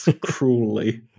cruelly